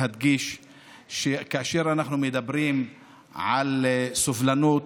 חשוב להדגיש שכאשר אנחנו מדברים על סובלנות,